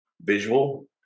visual